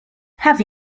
have